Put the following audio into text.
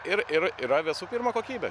ir ir yra visų pirma kokybė